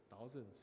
thousands